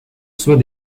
soit